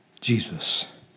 Jesus